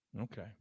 Okay